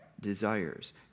desires